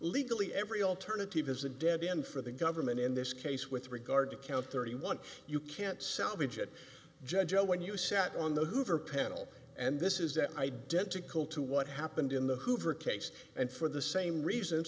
legally every alternative is a dead end for the government in this case with regard to count thirty one you can't sell the judge judge joe when you sat on the hoover panel and this is that identical to what happened in the hoover case and for the same reason